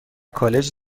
کالج